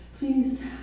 Please